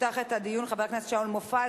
יפתח את הדיון חבר הכנסת שאול מופז.